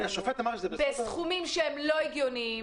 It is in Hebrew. בסכומים שהם לא הגיוניים,